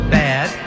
bad